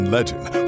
Legend